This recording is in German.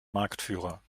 marktführer